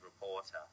reporter